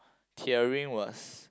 tearing was